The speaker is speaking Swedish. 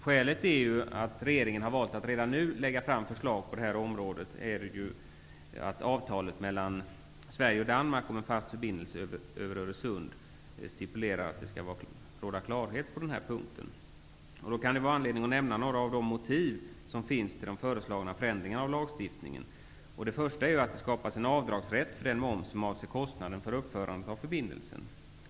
Skälet till att regeringen valt att redan nu lägga fram förslag på detta område är att avtalet mellan Öresund stipulerar att det skall råda klarhet på den här punkten. Då kan det finnas anledning att nämna några motiv till de föreslagna förändringarna av lagstiftningen. För det första skapas en avdragsrätt för den moms som avser kostnaderna för uppförandet av förbindelsen.